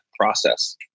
process